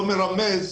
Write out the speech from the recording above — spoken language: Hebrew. לא מרמז,